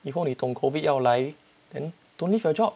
以后你懂 COVID 要来 then don't leave your job